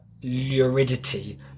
luridity